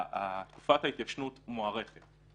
תקופת ההתיישנות מוארכת.